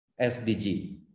SDG